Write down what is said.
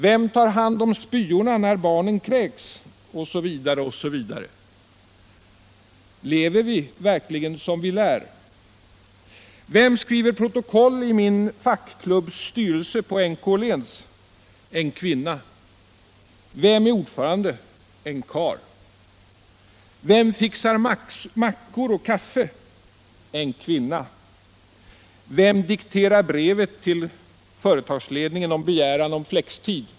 Vem tar hand om spyorna när barnen kräks, osv.? Lever vi verkligen som vi lär? Vem skriver protokoll i min fackklubbs styrelse på NK Åhléns? En kvinna. Vem är ordförande? En karl. Vem fixar mackor och kaffe? En kvinna. Vem dikterar brevet till företagsledningen med begäran om flextid?